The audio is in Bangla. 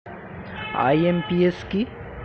আই.এম.পি.এস কি?